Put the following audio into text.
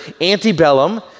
antebellum